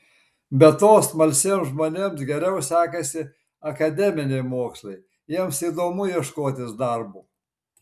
be to smalsiems žmonėms geriau sekasi akademiniai mokslai jiems įdomu ieškotis darbo